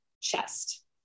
chest